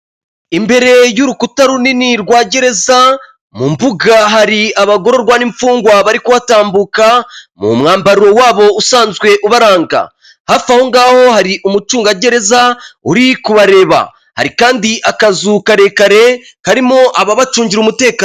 Imbere y'urukuta runini rwa gereza, mu mbuga hari abagororwa n'imfungwa bari kuhatambuka mu mwambaro wabo usanzwe ubaranga, hafi aho ngaho hari umucungagereza uri kubareba, hari kandi akazu karekare karimo ababacungira umutekano.